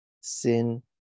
sin